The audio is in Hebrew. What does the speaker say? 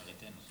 לאחריתנו.